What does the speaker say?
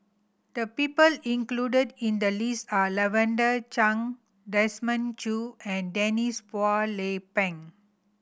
the people included in the list are Lavender Chang Desmond Choo and Denise Phua Lay Peng